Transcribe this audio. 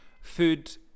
food